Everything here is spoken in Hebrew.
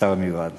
השר המיועד